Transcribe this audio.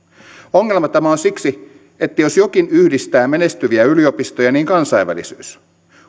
ongelma tämä on siksi että jos jokin yhdistää menestyviä yliopistoja niin kansainvälisyys